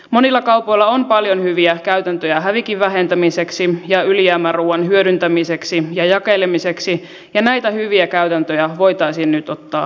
monilla kaupoilla on paljon hyviä käytäntöjä hävikin vähentämiseksi ja ylijäämäruuan hyödyntämiseksi ja jakelemiseksi ja näitä hyviä käytäntöjä voitaisiin nyt ottaa laajemmin käyttöön